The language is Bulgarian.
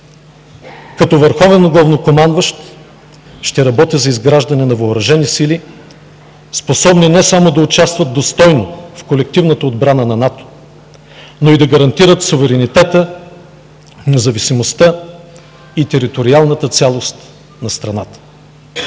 Като върховен главнокомандващ ще работя за изграждане на Въоръжени сили, способни не само да участват достойно в колективната отбрана на НАТО, но и да гарантират суверенитета, независимостта и териториалната цялост на страната.